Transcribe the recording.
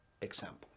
Example